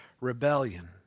rebellion